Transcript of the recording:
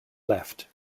left